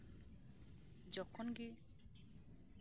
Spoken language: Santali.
ᱡᱚᱠᱷᱚᱱ ᱜᱮ